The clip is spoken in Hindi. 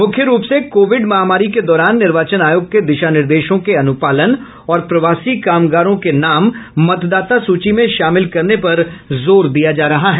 मुख्य रूप से कोविड महामारी के दौरान निर्वाचन आयोग के दिशा निर्देशों के अनुपालन और प्रवासी कामगारों के नाम मतदाता सूची में शामिल करने पर जोर दिया जा रहा है